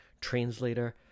translator